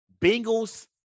Bengals